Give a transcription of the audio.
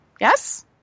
Yes